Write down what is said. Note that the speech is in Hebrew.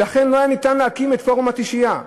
ולכן לא היה ניתן להקים את פורום התשיעייה.